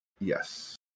Yes